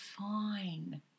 fine